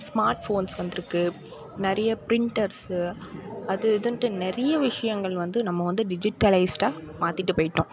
smart phones வந்திருக்கு நிறைய printers அது இதுன்ட்டு நிறைய விஷயங்கள் வந்து நம்ம வந்து டிஜிட்டலைஸ்டாக மாற்றிட்டு போய்விட்டோம்